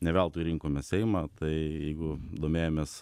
ne veltui rinkomės seimą tai jeigu domėjomės